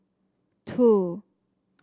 two